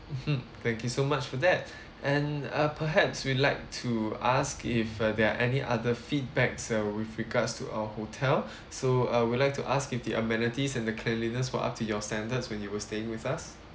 mmhmm thank you so much for that and uh perhaps we'd like to ask if uh there're any other feedbacks uh with regards to our hotel so I would like to ask if the amenities and the cleanliness were up to your standards when you were staying with us